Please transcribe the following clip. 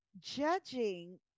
judging